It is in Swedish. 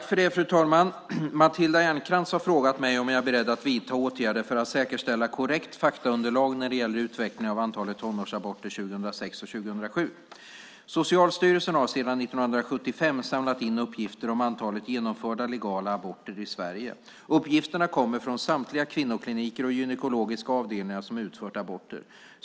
Fru talman! Matilda Ernkrans har frågat mig om jag är beredd att vidta åtgärder för att säkerställa korrekt faktaunderlag när det gäller utvecklingen av antalet tonårsaborter 2006 och 2007. Socialstyrelsen har sedan 1975 samlat in uppgifter om antalet genomförda legala aborter i Sverige. Uppgifterna kommer från samtliga kvinnokliniker och gynekologiska avdelningar som utfört aborter.